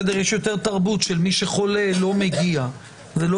יש יותר תרבות שמי שחולה לא מגיע ולא